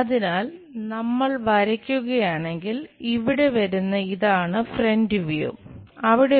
അതിനാൽ നമ്മൾ വരയ്ക്കുകയാണെങ്കിൽ ഇവിടെ വരുന്ന ഇതാണ് ഫ്രന്റ് വ്യൂ നമുക്ക്